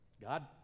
God